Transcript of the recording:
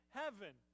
heaven